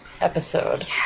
episode